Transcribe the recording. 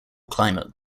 climate